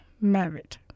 married